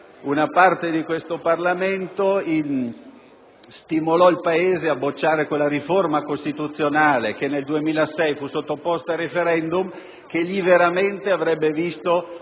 una parte di questo Parlamento stimolò il Paese a respingere quella riforma costituzionale che nel 2006 fu sottoposta a *referendum* e che veramente avrebbe